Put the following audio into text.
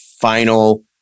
final